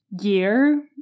year